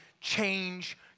change